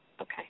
Okay